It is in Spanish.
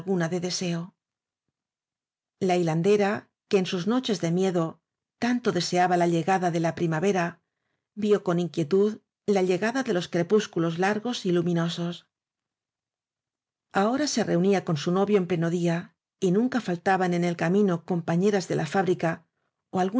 de deseo la hilandera que en sus noches de miedo tanto deseaba la llegada de la primavera vio con inquietud la llegada de los crepúsculos largos y luminosos ahora se reunía con su novio en pleno día y nunca faltaban en el camino compañeras de la fábrica